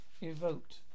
evoked